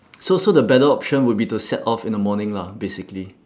so so the better option would be to set off in the morning lah basically